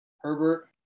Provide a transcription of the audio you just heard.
Herbert